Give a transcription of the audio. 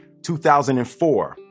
2004